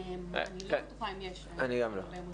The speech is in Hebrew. אני לא בטוחה אם יש הרבה מוזיאונים.